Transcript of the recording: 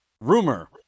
Rumor